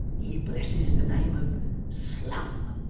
he blesses the name of slum.